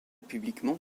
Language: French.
publiquement